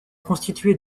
constituées